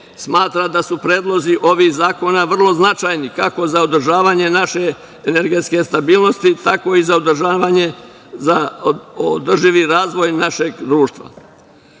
da su predlozi ovih zakona vrlo značajni, kako za održavanje naše energetske stabilnosti, tako i za održivi razvoj našeg društva.U